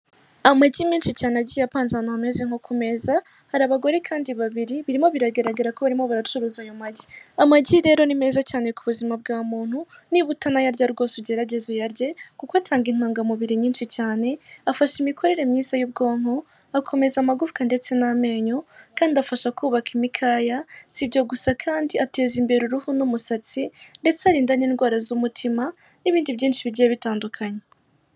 Amagi menshi cyane agiye apanze ahantu hameze nko ku meza hari abagore kandi babiri birimo biragaragara ko barimo baracuruza ayo magi, amagi rero ni meza cyane ku buzima bwa muntu, niba utanayarya rwose ugerageze uyarye kuko atanga intungamubiri nyinshi cyane, afasha imikorere myiza y'ubwonko akomeza amagufa ndetse n'amenyo kanda afasha kubaka imikaya, sibyo gusa kandi ateza imbere uruhu n'umusatsi ndetse arinda indwara z'umutima n'ibindi byinshi bigiye bitandukanye.